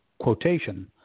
quotation